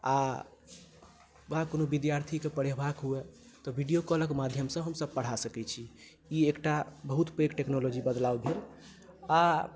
आ वा कोनो विद्यार्थीकेँ पढेबाक हुए तऽ वीडियो कॉल क माध्यमसँ हमसब पढ़ा सकै छी ई एकटा बहुत पैघ टेक्नोलॉजी बदलाव भेल आ